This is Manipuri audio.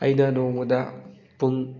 ꯑꯩꯅ ꯅꯣꯡꯃꯗ ꯄꯨꯡ